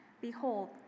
Behold